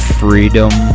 freedom